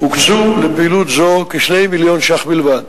הוקצו לפעילות זו כ-2 מיליון שקל בלבד.